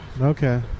Okay